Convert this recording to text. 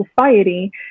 society